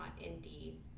indeed